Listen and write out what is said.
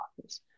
office